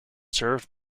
served